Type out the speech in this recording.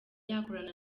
yakorana